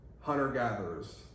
hunter-gatherers